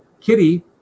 Kitty